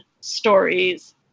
stories